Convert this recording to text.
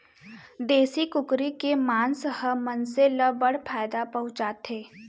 देसी कुकरी के मांस ह मनसे ल बड़ फायदा पहुंचाथे